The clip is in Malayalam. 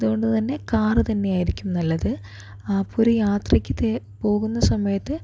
അതുകൊണ്ട് തന്നെ കാർ തന്നെയായിരിക്കും നല്ലത് അപ്പോൾ ഒരു യാത്രയ്ക്ക് പോകുന്ന സമയത്ത്